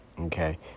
okay